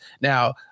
now